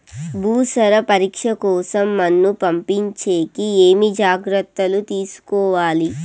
భూసార పరీక్ష కోసం మన్ను పంపించేకి ఏమి జాగ్రత్తలు తీసుకోవాలి?